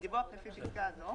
דיווח לפי פסקה זו